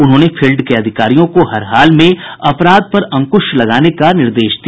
उन्होंने फील्ड के अधिकारियों को हरहाल में अपराध पर अंकुश लगाने का निर्देश दिया